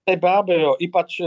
tai be abejo ypač